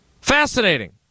Fascinating